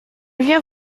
viens